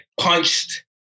punched